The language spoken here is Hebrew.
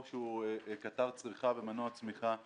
שהוא קטר צריכה ומנוע צמיחה עתידי,